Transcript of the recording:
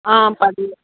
పర్లేదు